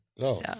no